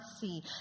see